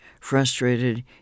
frustrated